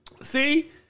see